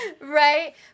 right